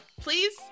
Please